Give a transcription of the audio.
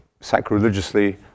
sacrilegiously